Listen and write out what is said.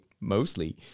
mostly